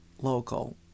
local